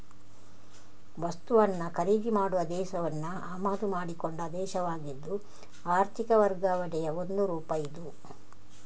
ವಸ್ತುವನ್ನ ಖರೀದಿ ಮಾಡುವ ದೇಶವನ್ನ ಆಮದು ಮಾಡಿಕೊಂಡ ದೇಶವಾಗಿದ್ದು ಆರ್ಥಿಕ ವರ್ಗಾವಣೆಯ ಒಂದು ರೂಪ ಇದು